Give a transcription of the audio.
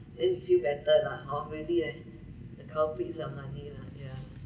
then you feel better lah hor really leh the culprit is your money lah ya